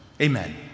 Amen